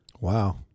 Wow